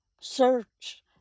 search